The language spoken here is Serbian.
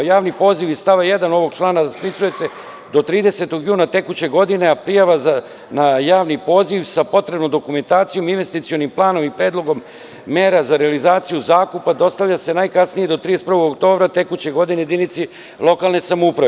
Javni poziv iz stava 1. ovog člana raspisuje se do 30. juna tekuće godine, a prijava na javni poziv sa potrebnom dokumentacijom investicionim planom i predlogom mera za realizaciju zakupa dostavlja se najkasnije do 31. oktobra tekuće godine jedinici lokalne samouprave.